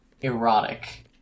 Erotic